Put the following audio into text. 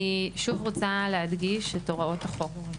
אני שוב רוצה להדגיש את הוראות החוק.